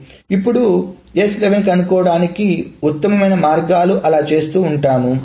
ఇప్పుడు S11 కనుక్కోవడానికి ఉత్తమమైన మార్గాలు అలా చేస్తూ ఉంటాం